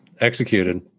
executed